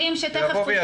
תכף נשמע אותם.